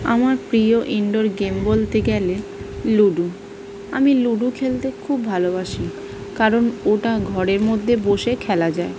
আমার প্রিয় indoor game বলতে গেলে লুডো আমি লুডো খেলতে খুব ভালোবাসি কারণ ওটা ঘরের মধ্যে বসে খেলা যায়